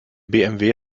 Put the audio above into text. bmw